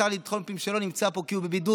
השר לביטחון פנים לא נמצא פה כי הוא בבידוד,